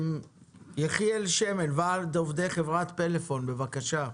יחיאל שמן, ועד עובדי חברת פלאפון, בבקשה.